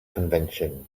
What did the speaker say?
convention